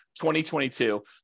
2022